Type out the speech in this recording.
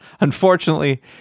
unfortunately